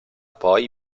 poi